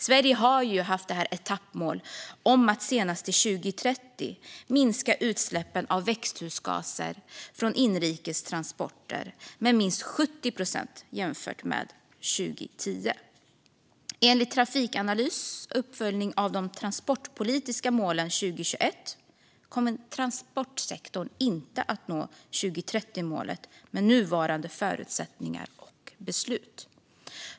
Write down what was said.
Sverige har haft etappmålet att senast till 2030 minska utsläppen av växthusgaser från inrikestransporter med minst 70 procent, jämfört med 2010. Enligt Trafikanalys uppföljning av de transportpolitiska målen 2021 kommer transportsektorn inte att nå 2030-målet med nuvarande förutsättningar och beslut.